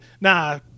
Nah